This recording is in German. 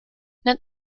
nennt